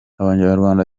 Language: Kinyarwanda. abanyarwanda